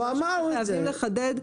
זה פשוט חייבים לחדד.